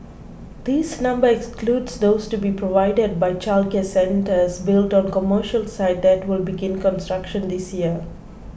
this number excludes those to be provided by childcare centres built on commercial sites that will begin construction this year